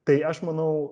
tai aš manau